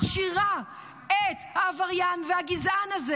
מכשירה את העבריין והגזען הזה.